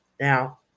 Now